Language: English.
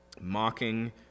mocking